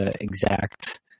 exact